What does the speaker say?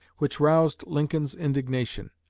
which roused lincoln's indignation.